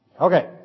okay